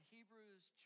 Hebrews